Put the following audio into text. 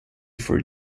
for